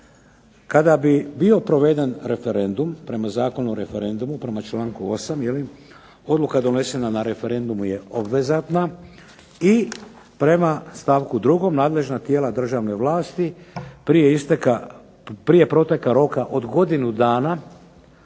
Kada bi bio proveden referendum prema Zakonu o referendumu prema članku 8. jel' odluka donesena na referendumu je obvezatna i prema stavku 2. nadležna tijela državne vlasti prije proteka roka od godinu dana